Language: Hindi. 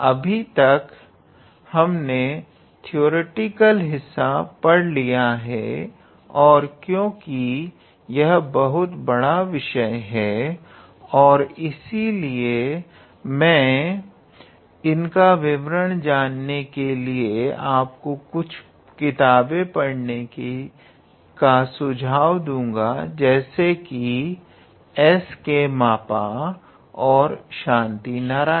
अभी तक हमने थ्योरेटिकल हिस्सा पढ़ लिया है और क्योंकि यह बहुत बड़ा विषय है इसी लिए मैं इनका विवरण जानने के लिए आपको कुछ किताबें पढ़ने का सुझाव दूंगा जैसे कि एस के मापा व शांति नारायण